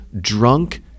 drunk